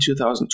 2020